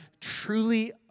truly